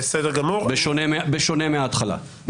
בשונה מההתחלה.